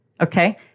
Okay